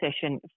session